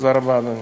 תודה רבה, אדוני.